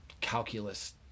calculus